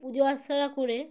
পুজো অর্চনা করে